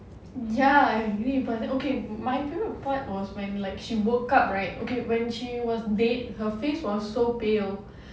ya I agree but okay my favourite part was when like she woke up right okay when she was dead her face was so pale